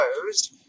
closed